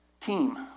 team